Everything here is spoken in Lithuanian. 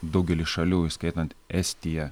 daugely šalių įskaitant estiją